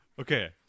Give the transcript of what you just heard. Okay